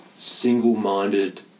single-minded